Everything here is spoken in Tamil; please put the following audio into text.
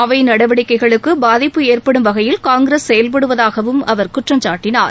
அவை நடவடிக்கைகளுக்கு பாதிப்பு ஏற்படும் வகையில் காங்கிரஸ் செயல்படுவதாகவும் அவர் குற்றம் சாட்டினார்